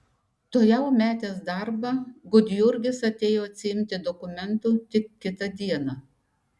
tuojau metęs darbą gudjurgis atėjo atsiimti dokumentų tik kitą dieną